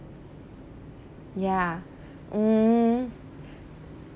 ya mm